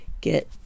get